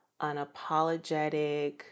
unapologetic